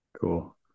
Cool